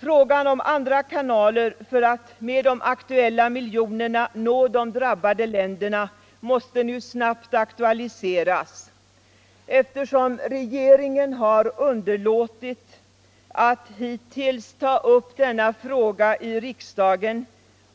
Frågan om andra kanaler för att med de aktuella miljonerna nå de drabbade länderna måste nu snabbt aktualiseras. Eftersom regeringen har underlåtit att hittills ta upp denna fråga i riksdagen